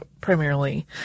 primarily